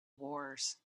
wars